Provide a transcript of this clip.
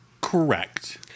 Correct